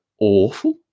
awful